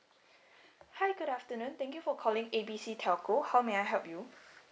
hi good afternoon thank you for calling A B C telco how may I help you